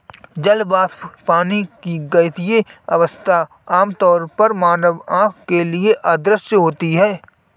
जल वाष्प, पानी की गैसीय अवस्था, आमतौर पर मानव आँख के लिए अदृश्य होती है